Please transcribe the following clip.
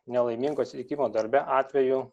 nelaimingo atsitikimo darbe atveju